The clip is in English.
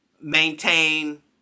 maintain—